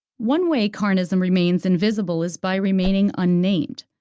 one way carnism remains invisible is by remaining unnamed,